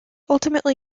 ultimately